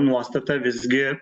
nuostata visgi